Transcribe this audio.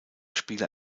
spieler